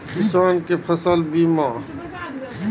किसान कै फसल बीमा?